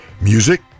Music